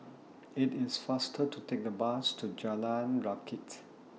IT IS faster to Take The Bus to Jalan Rakit